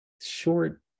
short